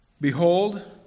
Behold